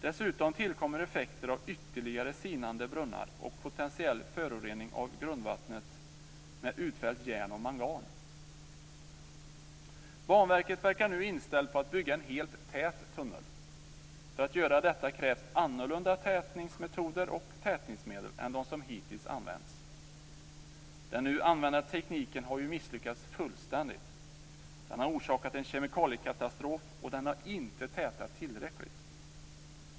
Dessutom tillkommer effekter av ytterligare sinande brunnar och potentiell förorening av grundvattnet med utfällt järn och mangan. Banverket verkar nu inställt på att bygga en helt tät tunnel. För att göra detta krävs annorlunda tätningsmetoder och tätningsmedel än de som hittills använts. Den nu använda tekniken har ju misslyckats fullständigt. Den har orsakat en kemikaliekatastrof och den har inte tätat tillräckligt.